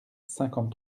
cinquante